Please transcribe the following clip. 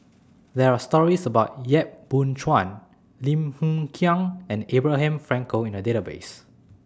There Are stories about Yap Boon Chuan Lim Hng Kiang and Abraham Frankel in The Database